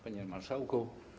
Panie Marszałku!